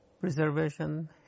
preservation